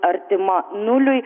artima nuliui